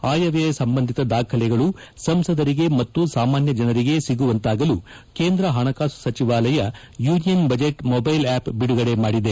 ಅಯವ್ಯಯ ಸಂಬಂಧಿತ ದಾಖಲೆಗಳು ಸಂಸದರಿಗೆ ಮತ್ತು ಸಾಮಾನ್ಯ ಜನರಿಗೆ ಸಿಗುವಂತಾಗಲು ಕೇಂದ್ರ ಹಣಕಾಸು ಸಚಿವಾಲಯ ಯೂನಿಯನ್ ಬಜೆಟ್ ಮೊಬೈಲ್ ಆ್ಯಪ್ ಬಿಡುಗಡೆ ಮಾಡಿದೆ